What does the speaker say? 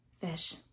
fish